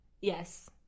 Yes